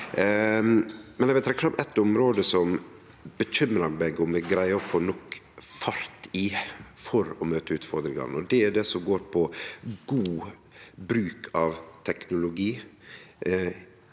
eg vil trekkje fram eitt område som eg er bekymra for om vi greier å få nok fart i for å møte utfordringane. Det gjeld det som går på god bruk av teknologi,